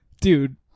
dude